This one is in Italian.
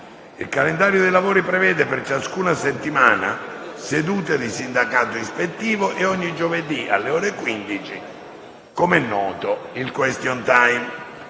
Il calendario dei lavori prevede, per ciascuna settimana, sedute di sindacato ispettivo e ogni giovedì, alle ore 15, il *question time*.